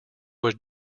was